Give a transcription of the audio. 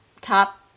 top